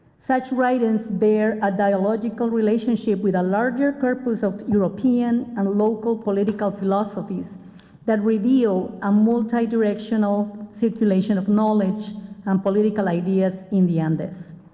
such write-ins bear a dialogical relationship with a larger of european and local political philosophies that reveal a multi-directional circulation of knowledge and political ideas in the andes.